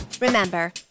Remember